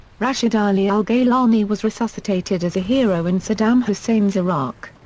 rashid ali al-gaylani was resuscitated as a hero in saddam hussein's iraq.